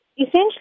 Essentially